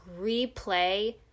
replay